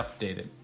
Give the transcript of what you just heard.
updated